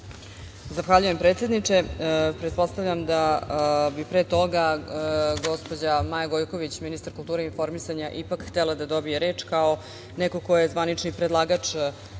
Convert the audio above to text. Zahvaljujem predsedniče. Pretpostavljam da bi pre toga gospođa, Maja Gojković, ministar kulture i informisana ipak htela da dobije reč, kao neko ko je zvanični predlagač